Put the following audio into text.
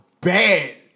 bad